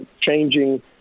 changing